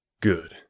Good